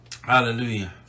Hallelujah